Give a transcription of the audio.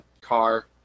Car